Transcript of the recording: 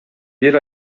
бир